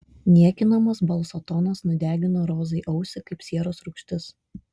niekinamas balso tonas nudegino rozai ausį kaip sieros rūgštis